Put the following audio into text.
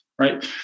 right